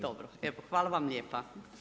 Dobro, evo hvala vam lijepa.